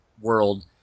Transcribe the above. world